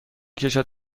کشد